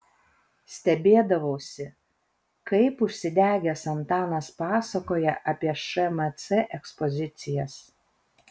stebėdavausi kaip užsidegęs antanas pasakoja apie šmc ekspozicijas